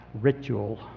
ritual